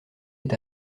est